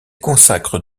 consacre